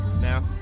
now